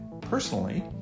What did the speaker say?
Personally